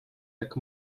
jak